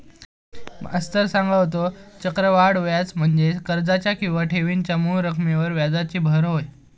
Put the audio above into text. मास्तर सांगा होतो, चक्रवाढ व्याज म्हणजे कर्जाच्या किंवा ठेवीच्या मूळ रकमेवर व्याजाची भर होय